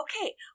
okay